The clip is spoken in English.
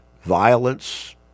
violence